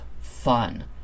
fun